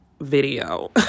video